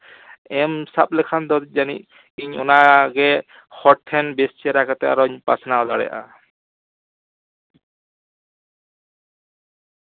ᱮᱢ ᱥᱟᱵ ᱞᱮᱠᱷᱟᱱ ᱫᱚ ᱡᱟᱹᱱᱤᱡ ᱤᱧ ᱚᱱᱟ ᱜᱮ ᱦᱚᱲ ᱴᱷᱮᱱ ᱵᱮᱥ ᱪᱮᱦᱨᱟ ᱠᱟᱛᱮ ᱟᱨᱚᱧ ᱯᱟᱥᱱᱟᱣ ᱫᱟᱲᱮᱭᱟᱜᱼᱟ